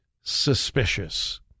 suspicious